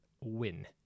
win